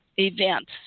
Events